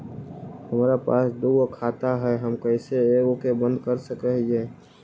हमरा पास दु गो खाता हैं, हम कैसे एगो के बंद कर सक हिय?